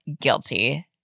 guilty